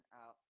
out